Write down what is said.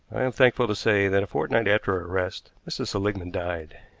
i am thankful to say that a fortnight after her arrest mrs. seligmann died.